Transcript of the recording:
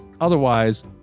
Otherwise